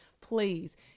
please